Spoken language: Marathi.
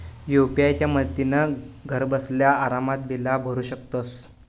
यू.पी.आय च्या मदतीन घरबसल्या आरामात बिला भरू शकतंस